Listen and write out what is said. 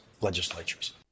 legislatures